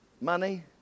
money